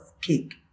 cake